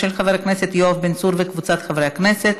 של חבר הכנסת יואב בן צור וקבוצת חברי הכנסת.